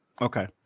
Okay